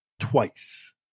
Twice